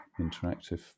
interactive